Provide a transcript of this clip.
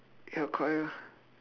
ya correct ah